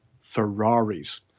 Ferraris